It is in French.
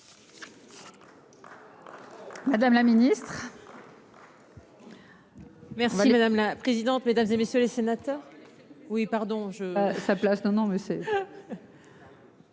Madame la Ministre.